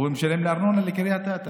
הוא משלם ארנונה לקריית אתא,